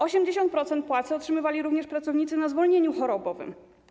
80% płacy otrzymywali również pracownicy przebywający na zwolnieniu chorobowym.